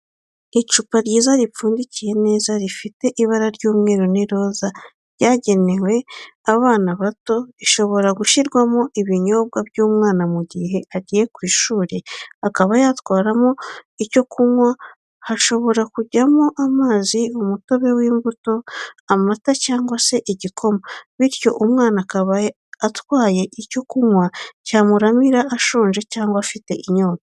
Icupa ryiza ripfundikiye neza rifite ibara ry'umweru n'iroza ryagenewe abana bato rishobora gushyirwamo ibinyobwa by'umwana mu gihe agiye ku ishuri akaba yatwaramo icyo kunywa hashobora kujyamo amazi umutobe w'imbuto, amata cyangwa se igikoma bityo umwana akaba atwaye icyo kunywa cyamuramira ashonje cyangwa afite inyota